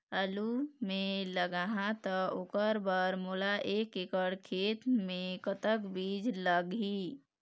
आलू मे लगाहा त ओकर बर मोला एक एकड़ खेत मे कतक बीज लाग ही?